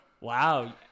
Wow